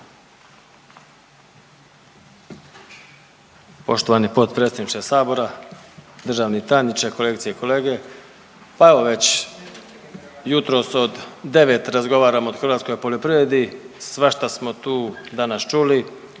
Poštovani potpredsjedniče sabora, državni tajniče, kolegice i kolege. Pa evo već jutros od devet razgovaramo o hrvatskoj poljoprivredi, svašta smo tu danas čuli